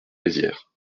mézières